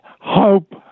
hope